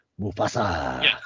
Mufasa